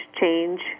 change